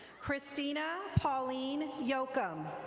christine ah pauline yoakum.